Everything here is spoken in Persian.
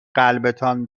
قلبتان